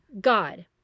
God